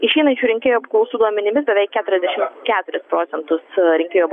išeinančių rinkėjų apklausų duomenimis beveik keturiasdešim keturis procentus rinkėjų